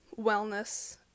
wellness